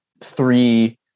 three